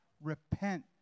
Repent